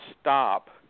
stop